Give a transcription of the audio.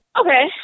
Okay